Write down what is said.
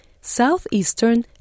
Southeastern